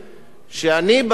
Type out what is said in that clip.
שאני הייתי עד,